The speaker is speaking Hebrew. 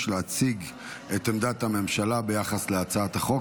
להציג את עמדת הממשלה ביחס להצעת החוק.